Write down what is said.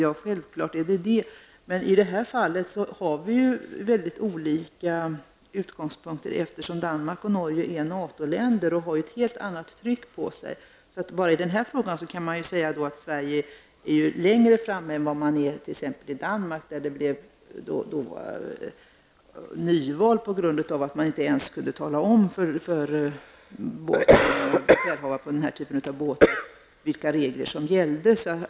Ja, självfallet, men i det här fallet har vi mycket olika utgångspunkter, eftersom Danmark och Norge är NATO-länder och har ett helt annat tryck på sig. I den här frågan kan man säga att Sverige är längre framme än t.ex. Danmark, där det blev nyval på grund av att man inte ens kunde tala om för befälhavare på den här typen av båtar vilka regler som gällde.